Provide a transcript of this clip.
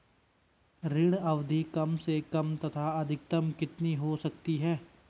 ऋण अवधि कम से कम तथा अधिकतम कितनी हो सकती है?